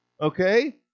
Okay